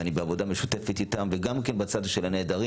ואני בעבודה משותפת איתם וגם כמצב של הנעדרים.